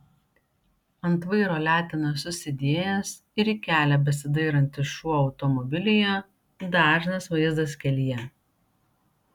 ant vairo letenas susidėjęs ir į kelią besidairantis šuo automobilyje dažnas vaizdas kelyje